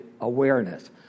awareness